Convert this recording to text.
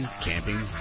camping